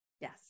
Yes